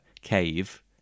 cave